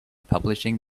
publishing